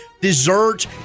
dessert